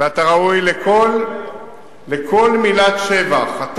ואתה ראוי לכל מילת שבח.